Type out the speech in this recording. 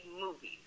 movies